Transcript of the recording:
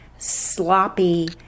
sloppy